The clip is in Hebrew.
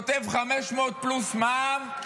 כותב 500 פלוס מע"מ,